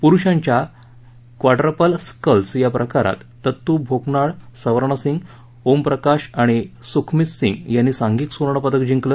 पुरुषांच्या quadruple sculls प्रकारात दत्तू भोकनाळ सवर्ण सिंग ओमप्रकाश आणि सुखमित सिंग यांनी सांघिक सुवर्ण पदक जिंकलं